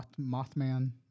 Mothman